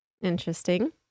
Interesting